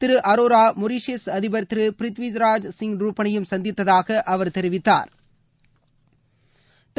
திரு Arora Mauritius அதிபர் பிருத்விராஜ்சிங் ரூபன் ஐயும் சந்தித்ததாக அவர் தெரிவிக்கிறாா்